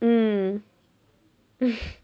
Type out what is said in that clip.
mm